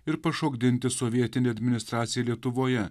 ir pašokdinti sovietinę administraciją lietuvoje